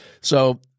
So-